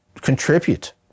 contribute